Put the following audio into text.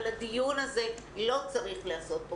אבל הדיון הזה לא צריך להיעשות פה,